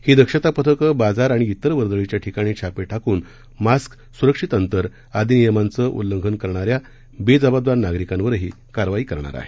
ही दक्षता पथकं बाजार आणि तिर वर्दळीच्या ठिकाणी छापे टाकून मास्क सुरक्षित अंतर आदी नियमांचं उल्लंघन करणाऱ्या बेजबाबदार नागरिकांवरही कारवाई करणार आहेत